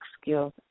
skills